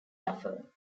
tougher